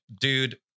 Dude